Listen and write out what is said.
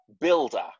builder